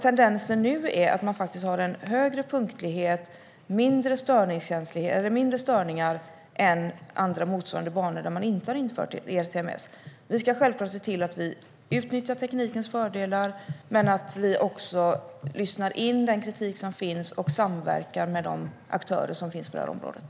Tendensen nu är att man har en högre punktlighet och mindre störningar än motsvarande banor där det inte har införts ERTMS. Men vi ska självklart se till att vi utnyttjar teknikens fördelar och att vi också lyssnar in den kritik som finns och samverkar med de aktörer som finns på det här området.